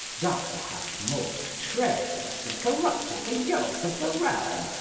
thou hast most traiterously corrupted the youth of the realme,